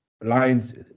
lines